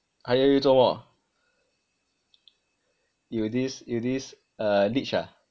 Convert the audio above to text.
hire you 做么 you this you this uh leech ah